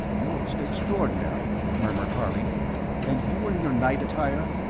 most extraordinary, murmured harley and you were in your night attire?